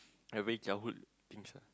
like very childhood things lah